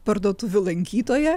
parduotuvių lankytoja